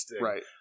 Right